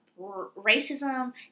racism